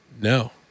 No